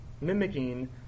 mimicking